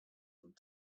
and